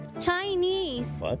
Chinese